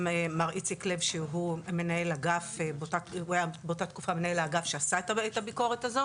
מר איציק לב שהוא מנהל אגף באותה תקופה שעשה את הביקורת הזו